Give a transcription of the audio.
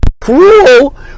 cruel